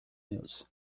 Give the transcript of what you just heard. news